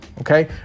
Okay